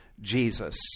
Jesus